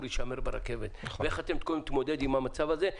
יישמר ברכבת ואיך אתם מתכוננים להתמודד עם המצב הזה,